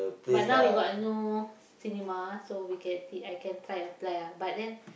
but now we got a new cinema so we can I can try apply ah but then